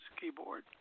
keyboard